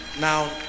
Now